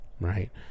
right